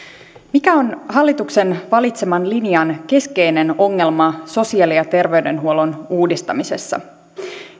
mikä on hallituksen valitseman linjan keskeinen ongelma sosiaali ja terveydenhuollon uudistamisessa